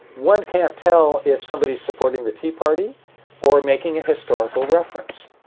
one can't tell if somebody's supporting the tea party or making a historical reference.